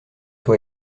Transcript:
toi